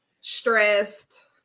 stressed